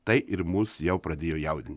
tai ir mus jau pradėjo jaudinti